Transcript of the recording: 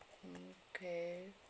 okay